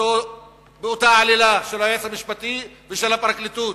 באותה עלילה של היועץ המשפטי ושל הפרקליטות,